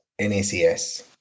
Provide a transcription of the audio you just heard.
NACS